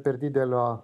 per didelio